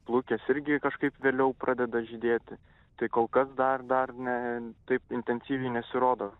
plukės irgi kažkaip vėliau pradeda žydėti tai kol kas dar dar ne taip intensyviai nesirodo